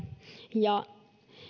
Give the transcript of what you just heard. ja